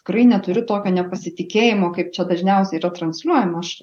tikrai neturiu tokio nepasitikėjimo kaip čia dažniausia yra transliuojama aš